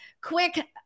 quick